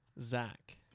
Zach